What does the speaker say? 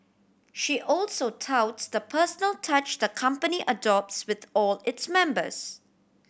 she also touts the personal touch the company adopts with all its members